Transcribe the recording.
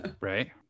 right